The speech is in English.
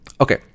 Okay